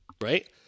right